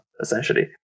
essentially